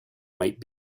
might